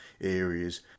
areas